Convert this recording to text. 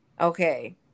Okay